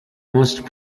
most